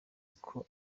uko